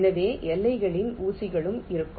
எனவே எல்லைகளில் ஊசிகளும் இருக்கும்